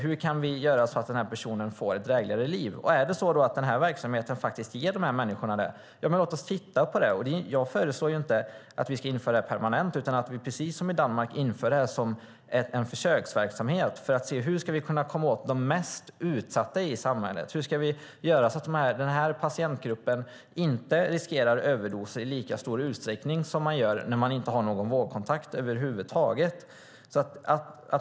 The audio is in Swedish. Hur kan vi göra så att den här personen får ett drägligare liv? Är det så att denna verksamhet ger människorna det, låt oss då titta på det. Jag föreslår inte att vi ska införa det permanent. Det gäller att vi precis som i Danmark inför det som en försöksverksamhet för att se hur vi ska komma åt de mest utsatta i samhället. Hur ska vi göra så att denna patientgrupp inte riskerar överdoser i lika stor utsträckning som den gör när de inte har någon vårdkontakt över huvud taget?